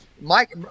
Mike